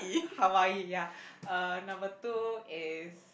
Hawaii ya uh number two is